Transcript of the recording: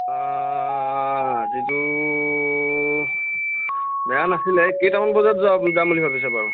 অঁ আজিতো বেয়া নাছিলে কেইটামান বজাত যোৱা যাম বুলি ভাবিছে বাৰু